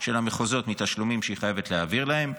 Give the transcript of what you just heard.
של המחוזות מתשלומים שהיא חייבת להעביר להם,